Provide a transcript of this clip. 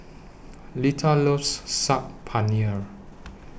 Lita loves Saag Paneer